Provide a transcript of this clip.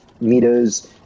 meters